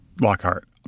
Lockhart